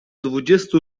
dwudziestu